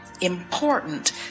important